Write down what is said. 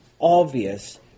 obvious